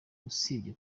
usibye